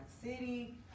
City